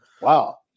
wow